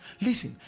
Listen